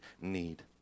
need